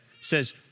says